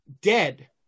dead